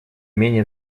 менее